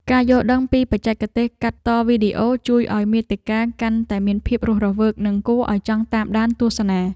ការយល់ដឹងពីបច្ចេកទេសកាត់តវីដេអូ ជួយឱ្យមាតិកាកាន់តែមានភាពរស់រវើកនិងគួរឱ្យចង់តាមដានទស្សនា។